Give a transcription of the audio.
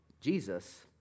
jesus